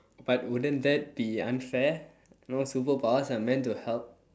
but wouldn't that be unfair you know superpowers are meant to help